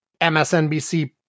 MSNBC